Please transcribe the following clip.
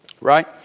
right